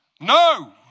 No